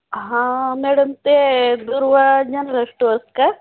हा मॅडम ते Durva general stores का